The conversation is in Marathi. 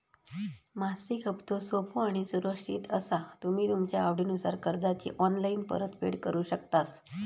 मासिक हप्तो सोपो आणि सुरक्षित असा तुम्ही तुमच्या आवडीनुसार कर्जाची ऑनलाईन परतफेड करु शकतास